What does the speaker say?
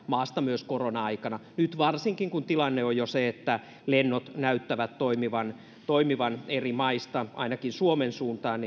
maasta myös korona aikana nyt varsinkin kun tilanne on jo se että lennot näyttävät toimivan toimivan eri maista ainakin suomen suuntaan